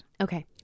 Okay